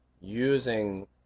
using